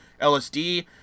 LSD